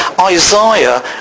Isaiah